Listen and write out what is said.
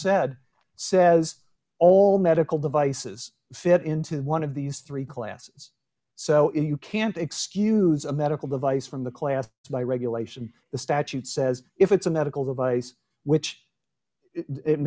said says all medical devices fit into one of these three classes so if you can't excuse a medical device from the class by regulation the statute says if it's a medical device which it